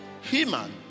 Human